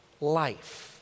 life